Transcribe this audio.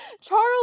Charles